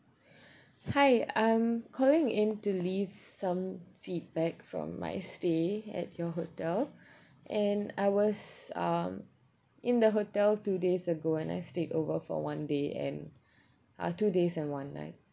hi I'm calling in to leave some feedback from my stay at your hotel and I was um in the hotel two days ago and I stayed over for one day and uh two days and one night